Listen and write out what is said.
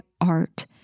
art